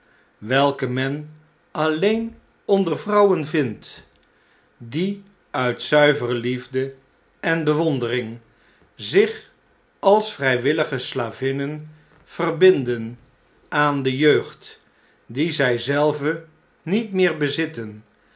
welke men alieen onder de vrouwen vindt die uit zuivere liefde en bewondering zich als vrijwillige slavinnen verbinden aan de jeugd die zij zelve niet meer bezitten